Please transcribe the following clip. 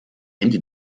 hände